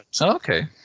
okay